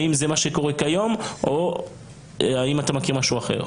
האם זה מה שקורה כיום או האם אתה מכיר משהו אחר?